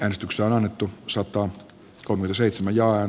äänestyksiä on annettu sato kolme seitsemän joan